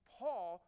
paul